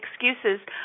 excuses